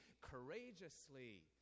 courageously